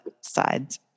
sides